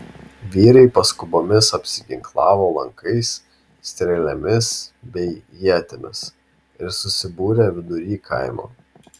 vyrai paskubomis apsiginklavo lankais strėlėmis bei ietimis ir susibūrė vidury kaimo